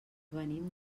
venim